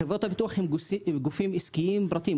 חברות הביטוח הן גופים עסקיים פרטיים,